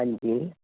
ਹਾਂਜੀ